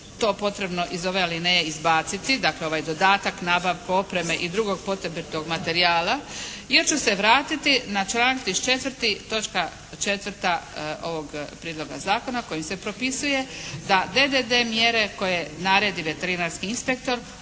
to potrebno iz ove alineje izbaciti, dakle ovaj dodatak nabavku opreme i drugog potrebitog materijala, jer ću se vratiti na članak 34. točka 4. ovog prijedloga zakona kojim se propisuje da …/Govornik se ne razumije./… mjere koje naredi veterinarski inspektor